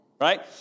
right